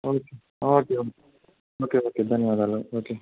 okay okay okay okay ధన్యవాదాలు okay